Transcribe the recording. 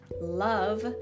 love